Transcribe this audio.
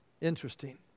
Interesting